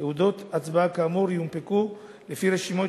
תעודות הצבעה כאמור יונפקו לפי רשימות